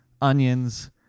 onions